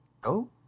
go